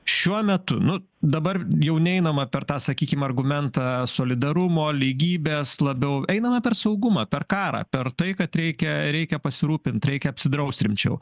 šiuo metu nu dabar jau neinama per tą sakykim argumentą solidarumo lygybės labiau einame per saugumą per karą per tai kad reikia reikia pasirūpint reikia apsidraust rimčiau